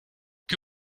que